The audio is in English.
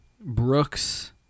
Brooks